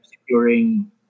securing